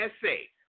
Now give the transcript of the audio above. essay